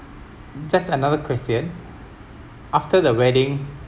just another question after the wedding